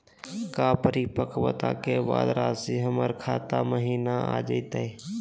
का परिपक्वता के बाद रासी हमर खाता महिना आ जइतई?